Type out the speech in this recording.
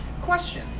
Question